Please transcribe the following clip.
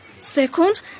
Second